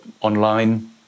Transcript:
online